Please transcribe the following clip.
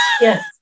yes